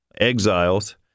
exiles